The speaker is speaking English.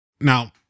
Now